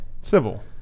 civil